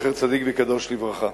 זכר צדיק וקדוש לברכה.